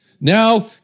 Now